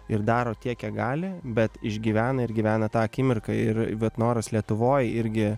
ir daro tiek kiek gali bet išgyvena ir gyvena tą akimirką ir vat noras lietuvoj irgi